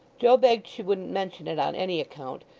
joe begged she wouldn't mention it on any account.